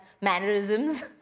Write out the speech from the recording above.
mannerisms